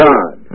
God